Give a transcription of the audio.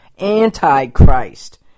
Antichrist